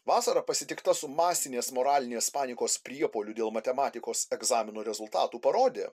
vasara pasitikta su masinės moralinės panikos priepuoliu dėl matematikos egzamino rezultatų parodė